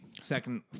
second